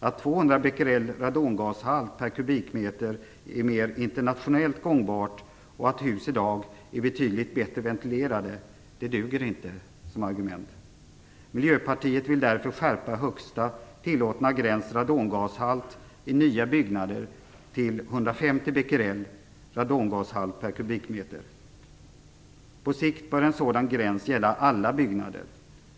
Att 200 becquerel radongashalt per kubikmeter är mer internationellt gångbart och att hus i dag är betydligt bättre ventilerade duger inte som argument. Miljöpartiet vill därför skärpa regeln om högsta tillåtna gräns radongashalt i nya byggnader till 150 becquerel per kubikmeter. På sikt bör en sådan gräns gälla alla byggnader.